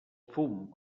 fum